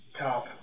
Top